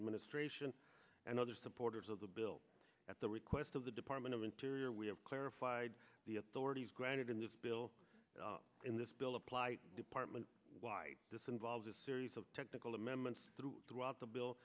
administration and other supporters of the bill at the request of the department of interior we have clarified the authorities granted in this bill in this bill apply department why this involves a series of technical amendments throughout the bill